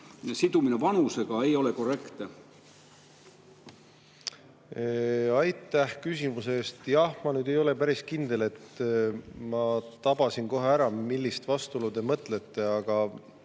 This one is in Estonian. sidumine vanusega korrektne. Aitäh küsimuse eest! Ma ei ole päris kindel, et ma tabasin kohe ära, millist vastuolu te mõtlete. Aga